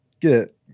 get